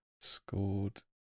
scored